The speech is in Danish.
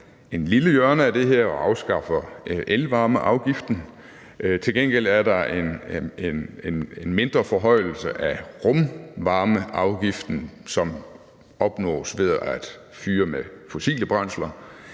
et lille hjørne af det her og afskaffer elvarmeafgiften. Til gengæld er der en mindre forhøjelse af rumvarmeafgiften, som opnås ved at fyre med fossile brændsler.